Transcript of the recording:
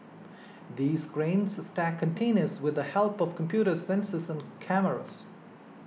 these cranes stack containers with the help of computers sensors and cameras